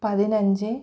പതിനഞ്ച്